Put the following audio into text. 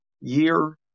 year